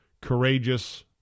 Courageous